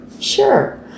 Sure